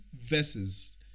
verses